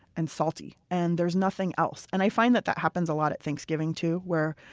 and salty and there's nothing else. and i find that that happens a lot at thanksgiving, too, where